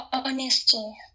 Honesty